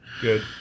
good